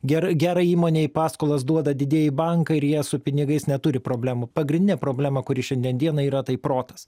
gerai gerai įmonei paskolas duoda didieji bankai ir jie su pinigais neturi problemų pagrindinė problema kuri šiandien dienai yra tai protas